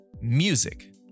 Music